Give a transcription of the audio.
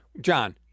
John